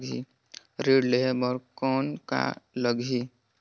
ऋण लेहे बर कौन का लगही?